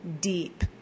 deep